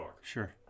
sure